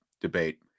debate